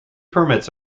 permits